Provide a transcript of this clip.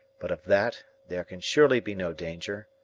but of that there can surely be no danger.